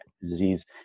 disease